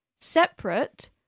separate